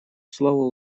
слово